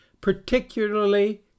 particularly